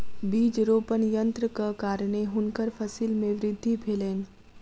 बीज रोपण यन्त्रक कारणेँ हुनकर फसिल मे वृद्धि भेलैन